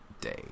day